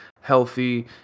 healthy